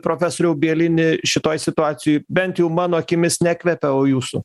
profesoriau bielini šitoj situacijoj bent jau mano akimis nekvepia o jūsų